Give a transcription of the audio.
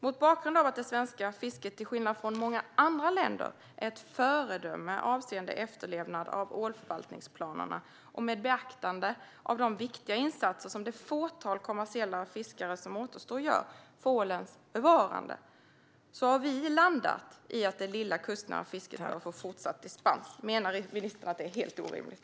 Mot bakgrund av att det svenska fisket, till skillnad från i många andra länder, är ett föredöme avseende efterlevnad av ålförvaltningsplanerna, och med beaktande av de viktiga insatser som det fåtal kommersiella fiskare som återstår gör för ålens bevarande, har vi landat i att det lilla kustnära fisket ska få fortsatt dispens. Menar ministern att det är helt orimligt?